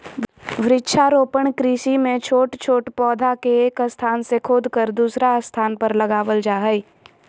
वृक्षारोपण कृषि मे छोट छोट पौधा के एक स्थान से खोदकर दुसर स्थान पर लगावल जा हई